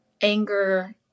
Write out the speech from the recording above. anger